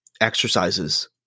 exercises